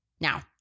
Now